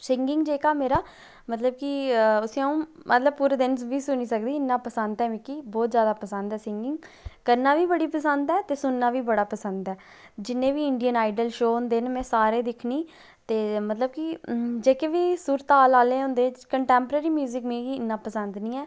singing जेहका मेरा मतलब कि उसी अऊं मतलब पूरे दिन बी सुनी सकनी इन्ना पसंद ऐ मिकी बहुत ज्यादा पसंद ऐ सिंगिंग करना बी बड़ा पसंद ऐ ते सुनना बी बड़ा पसंद ऐ जिन्ने बी इंडियन आइडल शो हदे न में सारे दिक्खनी ते मतलब कि जेहके बी सुर ताल आह्ले हुंदे कन्टेम्पररी म्यूजिक मिगी इन्ना पसंद नी ऐ